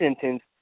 sentence